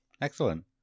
Excellent